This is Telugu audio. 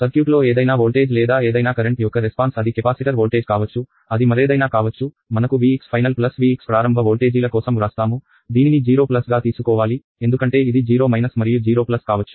సర్క్యూట్లో ఏదైనా వోల్టేజ్ లేదా ఏదైనా కరెంట్ యొక్క రెస్పాన్స్ అది కెపాసిటర్ వోల్టేజ్ కావచ్చు అది మరేదైనా కావచ్చు మనకు Vxఫైనల్ Vx ప్రారంభ వోల్టేజీల కోసం వ్రాస్తాము దీనిని 0 గా తీసుకోవాలి ఎందుకంటే ఇది 0 మరియు 0 కావచ్చు